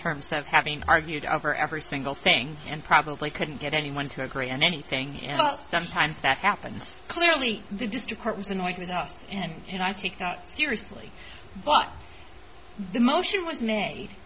terms of having argued over every single thing and probably couldn't get anyone to agree on anything sometimes that happens clearly the district court was annoyed with us and you know i take not seriously but the motion was made